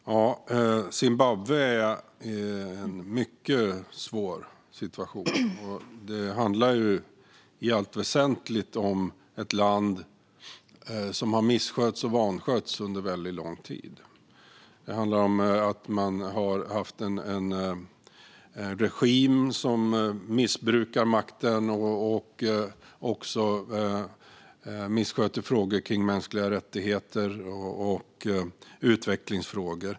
Fru talman! Zimbabwe är i en mycket svår situation. Det handlar i allt väsentligt om ett land som har misskötts och vanskötts under väldigt lång tid. Man har haft en regim som har missbrukat makten och också misskött frågor om mänskliga rättigheter och utvecklingsfrågor.